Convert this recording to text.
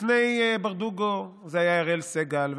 לפני ברדוגו זה היה אראל סג"ל,